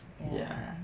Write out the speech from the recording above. ya